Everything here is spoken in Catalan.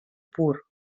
pur